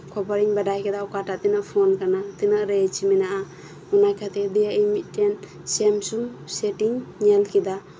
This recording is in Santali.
ᱠᱷᱚᱵᱚᱨᱤᱧ ᱵᱟᱲᱟᱭᱠᱮᱫᱟ ᱚᱠᱟᱴᱟᱜ ᱛᱤᱱᱟᱹᱜ ᱯᱷᱚᱱ ᱠᱟᱱᱟ ᱛᱤᱱᱟᱹᱜ ᱨᱮᱧᱡ ᱢᱮᱱᱟᱜ ᱟ ᱚᱱᱟ ᱠᱷᱟᱹᱛᱤᱨ ᱟᱫᱚ ᱢᱤᱫᱴᱮᱱ ᱥᱮᱢᱥᱟᱝ ᱥᱮᱴ ᱤᱧ ᱧᱮᱞ ᱠᱮᱫᱟ